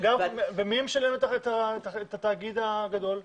ומי משלם את התאגיד הגדול?